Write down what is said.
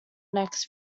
next